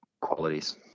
qualities